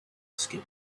skin